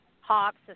hops